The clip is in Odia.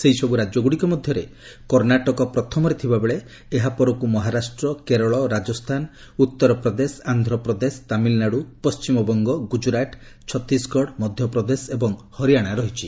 ସେହିସବୁ ରାଜ୍ୟ ଗୁଡ଼ିକ ମଧ୍ୟରେ କର୍ଣ୍ଣାଟକ ପ୍ରଥମରେ ଥିବା ବେଳେ ଏହା ପରକୁ ମହାରାଷ୍ଟ୍ର କେରଳ ରାଜସ୍ଥାନ ଉତ୍ତରପ୍ରଦେଶ ଆନ୍ଧ୍ରପ୍ରଦେଶ ତାମିଲନାଡୁ ପଶ୍ଚିମବଙ୍ଗ ଗୁଜରାଟ ଛତିଶଗଡ଼ ମଧ୍ୟପ୍ରଦେଶ ଏବଂ ହରିଆଣା ରହିଛି